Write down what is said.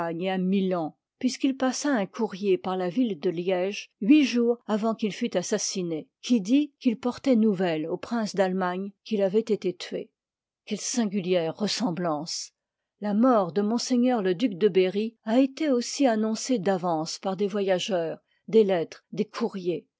à milan puisqu'il passa un courrier par la ville de liège huit jours avant qu'il fût assassiné qui dit qu'il portoit nouvelle au prince d'allemagne qu'il avoit été tué quelle singulière ressemblance la mort de m le duc de berry a été aussi annoncée d'avance par des voyageurs des lettres des courriers